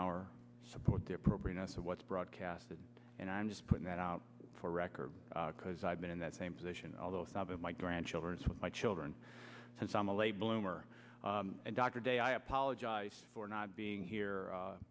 our support the appropriateness of what's broadcast and i'm just putting that out for record because i've been in that same position although my grandchildren my children since i'm a late bloomer and dr day i apologize for not being here